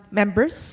members